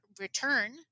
return